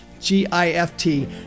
G-I-F-T